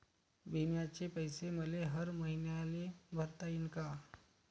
बिम्याचे पैसे मले हर मईन्याले भरता येईन का?